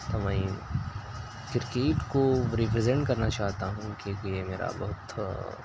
تو وہیں کرکیٹ کو ریپرزینٹ کرنا چاہتا ہوں کیونکہ یہ میرا بہت